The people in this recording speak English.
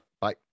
Bye